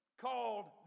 called